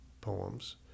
poems